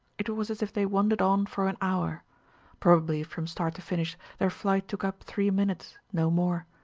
it was as if they wandered on for an hour probably from start to finish their flight took up three minutes, no more.